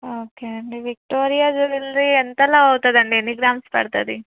okay అండి Victoria jewellery ఎంతలో అవుతుంది అండి ఎన్ని గ్రామ్స్ పడుతుంది